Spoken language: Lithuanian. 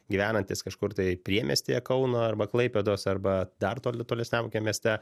gyvenantis kažkur tai priemiestyje kauno arba klaipėdos arba dar toli tolesniam kokiam mieste